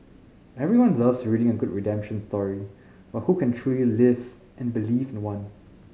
everyone loves reading a good redemption story but who can truly live and believe in one